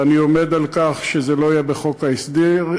ואני עומד על כך שזה לא יהיה בחוק ההסדרים.